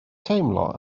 teimlo